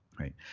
Right